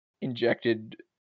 injected